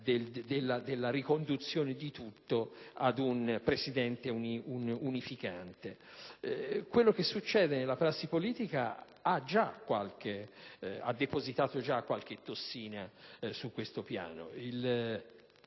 della riconduzione del tutto ad un Presidente unificante. Quello che succede nella prassi politica ha depositato già qualche tossina su questo piano: